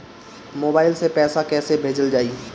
Mobile से पैसा कैसे भेजल जाइ?